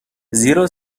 زیرا